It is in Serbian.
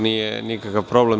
Nije nikakav problem.